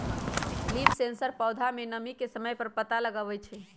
leaf sensor पौधा में नमी के समय पर पता लगवई छई